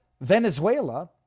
Venezuela